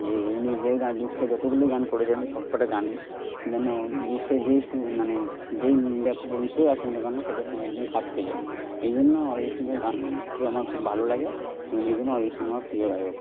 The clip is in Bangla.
যে উনি যে গান দুঃখের যতগুলি গান করেছেন সব কটা গানই যেন দুঃখের যেই মানে যেই ব্যাপক বিষয়ই আসুক না কেন সেটার সঙ্গে একদম খাপ খেয়ে যায় এই জন্য অরিজিৎ সিং এর গানকে আমার খুব ভালো লাগে এবং এই জন্য অরিজিৎ সিং আমার প্রিয় গায়ক